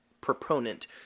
proponent